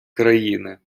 країни